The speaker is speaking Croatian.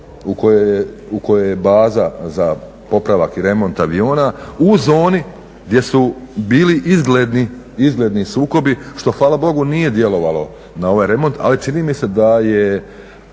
u kojoj je baza za popravak i remont aviona u zoni gdje su bili izgledni sukobi što hvala Bogu nije djelovalo na ovaj remont, ali čini mi se da se